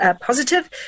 positive